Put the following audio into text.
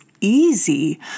easy